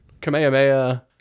Kamehameha